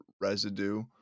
residue